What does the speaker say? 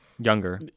Younger